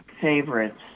favorites